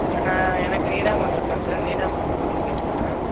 நான் எனக்கு நீடாமங்கலம் தான் சார் நீடாமங்கலத்துலேருந்து பேசுகிறேன்